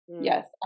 Yes